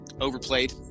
overplayed